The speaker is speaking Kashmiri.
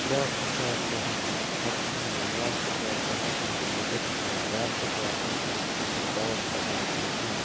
بیٛاکھ ۂتھیار چھِ آسان یَتھ زَنتہٕ کھرٛپ چھِ وَنان بیٛاکھ ۂتھیار چھِ آسان یَتھ زَنتہٕ لیٚتٕر چھِ وَنان بیٛاکھ ۂتھیار چھِ آسان ییٚمہِ سۭتۍ زَنتہِ أسۍ دَوا چھَکان چھِ مِشیٖن